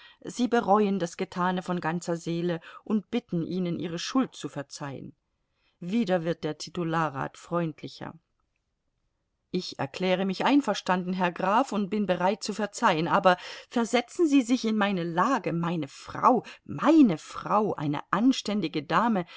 sie bereuen das getane von ganzer seele und bitten ihnen ihre schuld zu verzeihen wieder wird der titularrat freundlicher ich erkläre mich einverstanden herr graf und bin bereit zu verzeihen aber versetzen sie sich in meine lage meine frau meine frau eine anständige dame